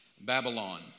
Babylon